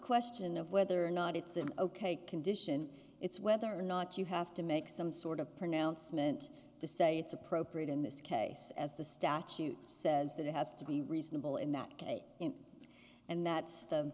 question of whether or not it's an ok condition it's whether or not you have to make some sort of pronouncement to say it's appropriate in this case as the statute says that it has to be reasonable in that case and that's the